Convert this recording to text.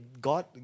God